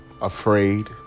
Afraid